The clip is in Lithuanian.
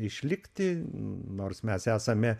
išlikti nors mes esame